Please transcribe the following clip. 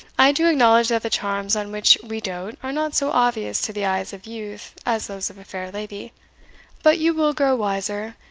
i do acknowledge that the charms on which we doat are not so obvious to the eyes of youth as those of a fair lady but you will grow wiser,